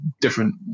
different